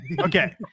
Okay